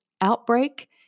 outbreak